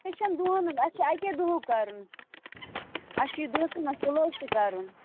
یہِ چھُ نہٕ دۄہن ہُنٛد اَسہِ چھُ اَکے دۄہُک کَرُن اَسہِ چھُ یہ دۄہسٕے منٛز کُلوز تہِ کٔرُن